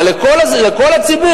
אבל לכל הציבור,